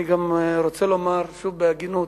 אני גם רוצה לומר, שוב בהגינות,